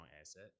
asset